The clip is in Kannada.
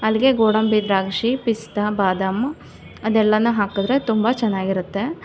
ಅಲ್ಲಿಗೆ ಗೋಡಂಬಿ ದ್ರಾಕ್ಷಿ ಪಿಸ್ತ ಬಾದಾಮಿ ಅದೆಲ್ಲನೂ ಹಾಕಿದ್ರೆ ತುಂಬ ಚೆನ್ನಾಗಿರುತ್ತೆ